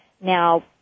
Now